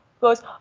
goes